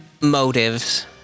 motives